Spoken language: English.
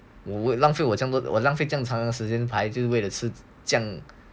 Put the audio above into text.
我浪费我这样多我浪费这么长时间排队为了吃这样